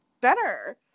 better